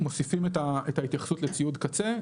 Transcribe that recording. מוסיפים את ההתייחסות לציוד קצה,